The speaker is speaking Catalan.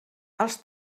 als